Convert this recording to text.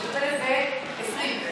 מטפלת ב-20.